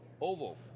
Oval